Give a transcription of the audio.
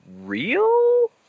real